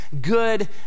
good